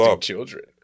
children